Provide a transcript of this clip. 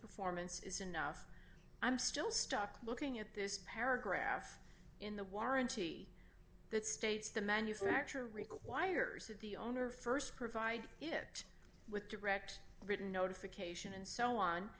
performance is enough i'm still stuck looking at this paragraph in the warranty that states the manufacturer requires that the owner st provide it with direct written notification and so on